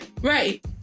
right